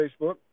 Facebook